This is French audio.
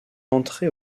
entrer